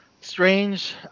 strange